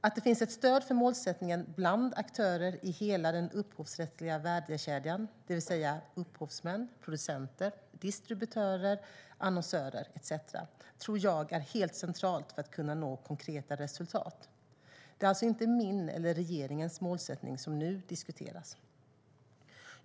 Att det finns ett stöd för målsättningen bland aktörer i hela den upphovsrättsliga värdekedjan, det vill säga upphovsmän, producenter, distributörer, annonsörer etcetera tror jag är helt centralt för att man ska kunna nå konkreta resultat. Det är alltså inte min eller regeringens målsättning som nu diskuteras.